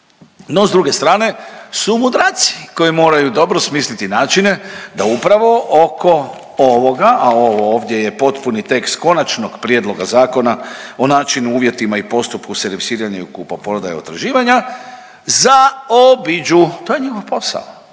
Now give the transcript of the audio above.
No s druge strane su mudraci koji moraju dobro smisliti načine da upravo oko ovoga, a ovo ovdje je potpuni tekst Konačnog prijedloga Zakona o načinu, uvjetima i postupku servisiranja i kupoprodaji utraživanja zaobiđu, to je njihov posao